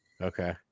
Okay